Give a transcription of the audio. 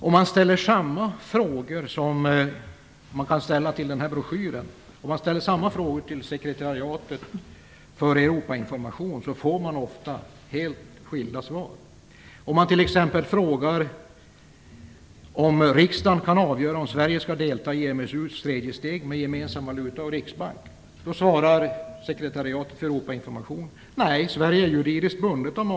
Om man ställer samma frågor till broschyren och till Sekretariatet för Europainformation får man ofta helt skilda svar. Om man t.ex. frågar om ifall riksdagen kan avgöra om Sverige skall delta i EMU:s tredje steg med gemensam valuta och riksbank svarar ingår.